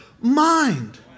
mind